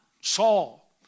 Saul